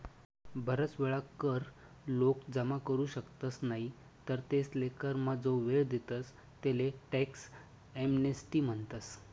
बराच वेळा कर लोक जमा करू शकतस नाही तर तेसले करमा जो वेळ देतस तेले टॅक्स एमनेस्टी म्हणतस